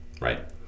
right